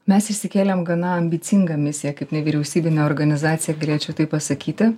mes išsikėlėm gana ambicingą misiją kaip nevyriausybinė organizacija galėčiau tai pasakyti